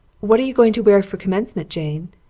what are you going to wear for commencement, jane?